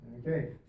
okay